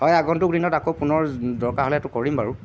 হয় আগন্তুক দিনত আকৌ পুনৰ দৰকাৰ হ'লে এইটো কৰিব বাৰু